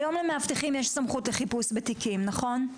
היום למאבטחים יש סמכות לחיפוש בתיקים, נכון?